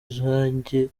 uzajye